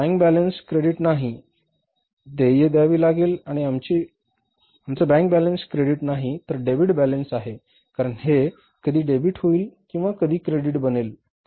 आमचा bank balance credit नाही तर डेबिट बॅलन्स आहे कारण हे कधी डेबिट होईल किंवा कधी क्रेडिट बनेल